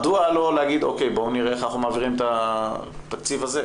מדוע לא להגיד 'בוא נראה איך אנחנו מעבירים את התקציב הזה',